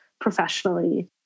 professionally